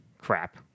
Crap